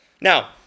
Now